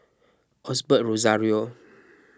Osbert Rozario